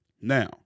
Now